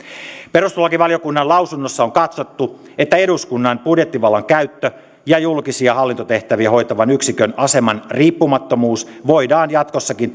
perustuslakivaliokunnan lausunnossa on katsottu että eduskunnan budjettivallan käyttö ja julkisia hallintotehtäviä hoitavan yksikön aseman riippumattomuus voidaan jatkossakin